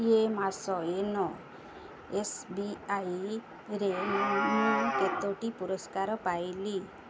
ଏ ମାସ ୟୋନୋ ଏସ୍ବିଆଇରେ ମୁଁ କେତୋଟି ପୁରସ୍କାର ପାଇଲି